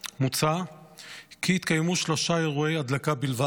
מוצע כי יתקיימו שלושה אירועי הדלקה בלבד